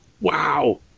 Wow